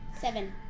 Seven